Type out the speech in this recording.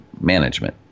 Management